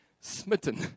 smitten